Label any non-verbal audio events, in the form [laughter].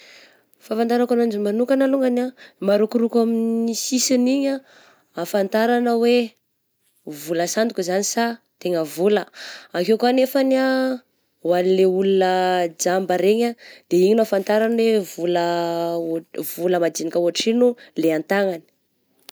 Fahafantarako ananjy manokana alongany ah, marokoroko amin'ny sisigny igny ah hafantaragna hoe vola sandoka zany sa tegna vola, akeo koa nefany ah hoan'le olona jamba regny ah de igny no hafantaragny hoe [noise] vola oh-majinika ohatrino le an-tagnany.